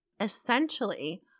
essentially